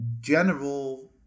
general